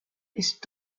ist